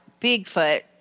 Bigfoot